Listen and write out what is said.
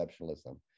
exceptionalism